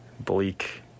bleak